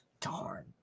darn